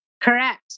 Correct